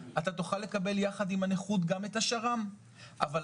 אתה תוכל לקבל יחד עם הנכות גם את השר"מ; אבל